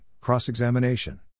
cross-examination